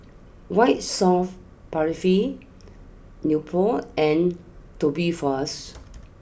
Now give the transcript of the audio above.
White soft Paraffin Nepro and Tubifast